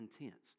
intense